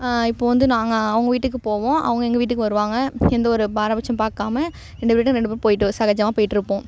இப்போது வந்து நாங்கள் அவங்க வீட்டுக்கு போவோம் அவங்க எங்கள் வீட்டுக்கு வருவாங்க எந்த ஒரு பாரபட்சம் பார்க்காம ரெண்டு பேர் வீட்டுக்கும் ரெண்டு பேரும் போய்ட்டு சகஜமாக போயிட்டிருப்போம்